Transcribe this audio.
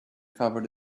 covered